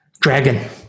Dragon